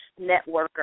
networker